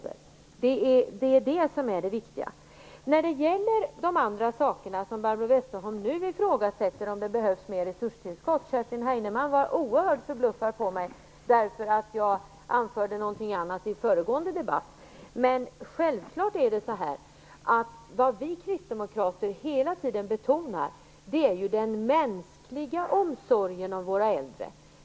Det är detta som är det viktiga. När det gäller de andra saker där Barbro Westerholm ifrågasätter resurstillskott var Kerstin Heinemann oerhört förbluffad därför att jag i föregående debatt anförde någonting annat. Vad vi kristdemokrater hela tiden betonar är den mänskliga omsorgen om våra äldre.